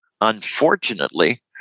Unfortunately